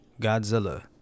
Godzilla